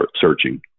searching